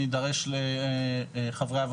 תקציב ושתיים יחס של ראש המערכת.